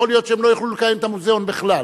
יכול להיות שהם לא יוכלו לקיים את המוזיאון בכלל.